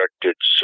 directed